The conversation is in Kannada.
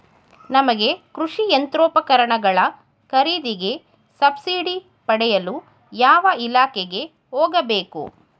ನಮಗೆ ಕೃಷಿ ಯಂತ್ರೋಪಕರಣಗಳ ಖರೀದಿಗೆ ಸಬ್ಸಿಡಿ ಪಡೆಯಲು ಯಾವ ಇಲಾಖೆಗೆ ಹೋಗಬೇಕು?